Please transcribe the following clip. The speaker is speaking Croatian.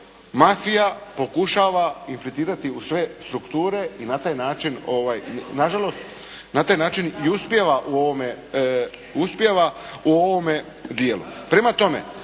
mafija pokušava infiltrirati u sve strukture i na taj način, nažalost na